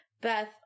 Beth